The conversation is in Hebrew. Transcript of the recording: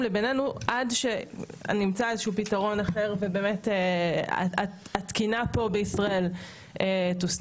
לבינינו עד שנמצא איזשהו פתרון אחר והתקינה כאן בישראל תוסדר.